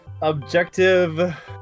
Objective